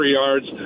yards